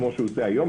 כפי שהוא עושה היום,